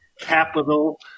Capital